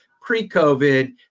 pre-COVID